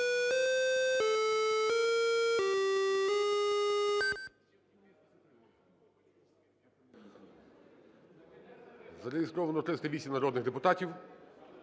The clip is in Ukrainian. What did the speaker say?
Зареєстровано 308 народних депутатів.